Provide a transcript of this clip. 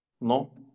no